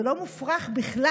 זה לא מופרך בכלל.